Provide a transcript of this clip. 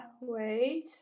Wait